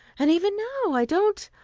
and even now i don't